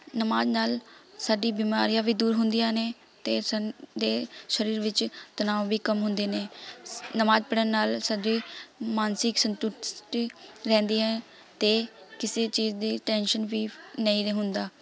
ਨਮਾਜ਼ ਨਾਲ ਸਾਡੀ ਬਿਮਾਰੀਆਂ ਵੀ ਦੂਰ ਹੁੰਦੀਆਂ ਨੇ ਅਤੇ ਸਨ ਦੇ ਸਰੀਰ ਵਿੱਚ ਤਨਾਓ ਵੀ ਕਮ ਹੁੰਦੇ ਨੇ ਨਮਾਜ਼ ਪੜ੍ਹਨ ਨਾਲ ਸਾਡੀ ਮਾਨਸਿਕ ਸੰਤੁਸ਼ਟੀ ਰਹਿੰਦੀ ਹੈ ਅਤੇ ਕਿਸੇ ਚੀਜ਼ ਦੀ ਟੈਂਸ਼ਨ ਵੀ ਨਹੀਂ ਰੇ ਹੁੰਦਾ